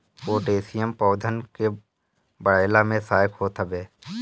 potassium पौधन के बढ़ला में सहायक होत हवे